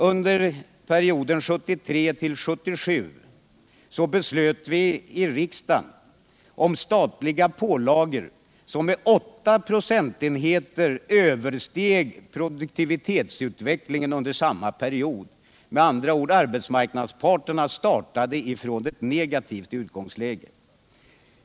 Under perioden 1973-1977 beslöt vi i riksdagen om statliga pålagor, som med 8 procentenheter översteg produktivitetsutvecklingen under samma period. Med andra ord: arbetsmarknadsparterna startade från ett negativt utgångsläge.